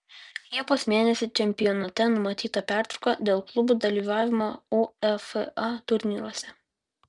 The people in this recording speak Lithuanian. liepos mėnesį čempionate numatyta pertrauka dėl klubų dalyvavimo uefa turnyruose